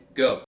go